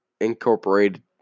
Incorporated